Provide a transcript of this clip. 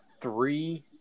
three